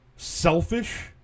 Selfish